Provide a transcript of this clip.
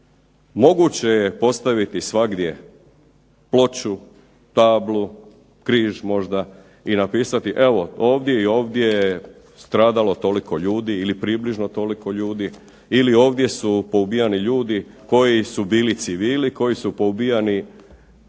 Moguće je postaviti svagdje ploču, tablu, križ možda i napisati evo ovdje i ovdje je stradalo toliko ljudi ili približno toliko ljudi ili ovdje su poubijani ljudi koji su bili civili, koji su poubijani